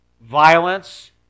violence